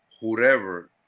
Whoever